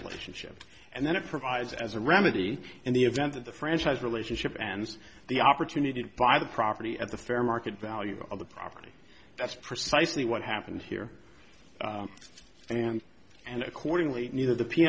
relationship and then it provides as a remedy in the event that the franchise relationship ends the opportunity to buy the property at the fair market value of the property that's precisely what happened here and and accordingly ne